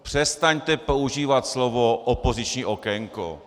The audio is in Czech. Přestaňte používat slovo opoziční okénko.